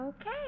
Okay